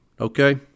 okay